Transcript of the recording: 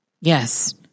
Yes